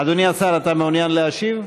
אדוני השר, אתה מעוניין להשיב?